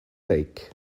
lake